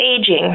aging